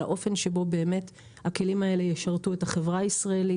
האופן שבו באמת הכלים האלה ישרתו את החברה הישראלית,